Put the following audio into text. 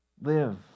Live